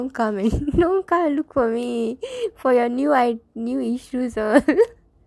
come and don't come and look for me for your new I new issues